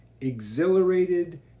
exhilarated